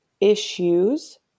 issues